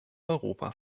europa